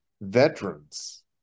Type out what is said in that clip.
veterans